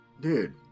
dude